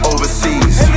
Overseas